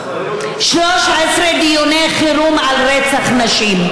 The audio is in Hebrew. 13 דיוני חירום על רצח נשים.